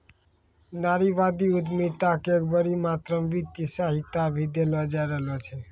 नारीवादी उद्यमिता क बड़ी मात्रा म वित्तीय सहायता भी देलो जा रहलो छै